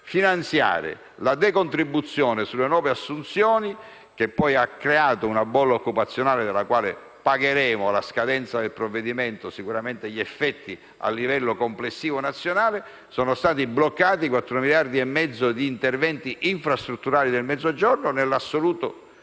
finanziare la decontribuzione sulle nuove assunzioni, che poi ha creato una bolla occupazionale della quale pagheremo, alla scadenza del provvedimento, sicuramente gli effetti a livello complessivo nazionale, sono stati bloccati 4 miliardi e mezzo di interventi infrastrutturali nel Mezzogiorno nell'assoluto silenzio